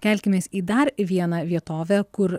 kelkimės į dar vieną vietovę kur